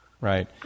Right